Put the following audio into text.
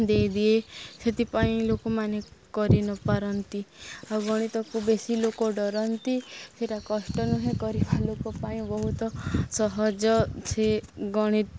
ଦେଇଦିଏ ସେଥିପାଇଁ ଲୋକମାନେ କରିନପାରନ୍ତି ଆଉ ଗଣିତକୁ ବେଶୀ ଲୋକ ଡରନ୍ତି ସେଇଟା କଷ୍ଟ ନୁହେଁ କରିବା ଲୋକ ପାଇଁ ବହୁତ ସହଜ ସେ ଗଣିତ